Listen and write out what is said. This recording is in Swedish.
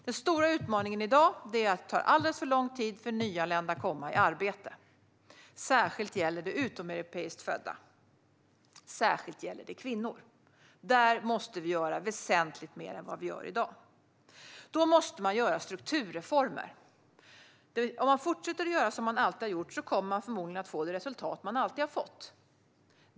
Den stora utmaningen i dag är att det tar alldeles för lång tid för nyanlända att komma i arbete, särskilt gäller detta utomeuropeiskt födda och särskilt gäller det kvinnor. Där måste vi göra väsentligt mer än vad vi gör i dag. Då måste man göra strukturreformer. Om man fortsätter att göra som man alltid har gjort kommer man förmodligen att få det resultat som man alltid har fått.